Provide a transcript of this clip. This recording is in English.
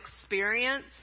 experience